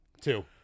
Two